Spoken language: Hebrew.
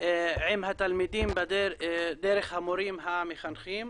עם התלמידים דרך המורים המחנכים.